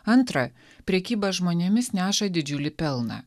antra prekyba žmonėmis neša didžiulį pelną